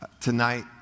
tonight